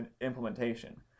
implementation